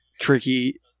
Tricky